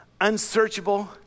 unsearchable